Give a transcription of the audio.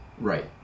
Right